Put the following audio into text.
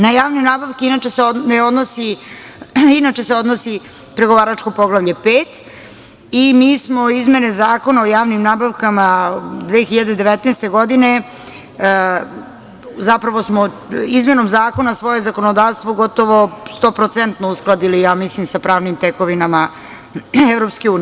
Na javne nabavke inače se odnosi pregovaračko Poglavlje 5, i mi smo izmene Zakona o javnim nabavkama 2019. godine, zapravo smo izmenom zakona svoje zakonodavstvo gotovo 100% uskladili sa pravnim tekovinama EU.